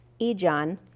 Ejon